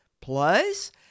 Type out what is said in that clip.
Plus